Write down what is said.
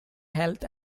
health